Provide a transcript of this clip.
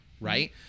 Right